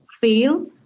fail